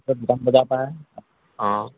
অঁ